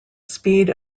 speed